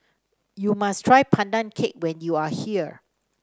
you must try Pandan Cake when you are here